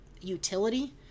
utility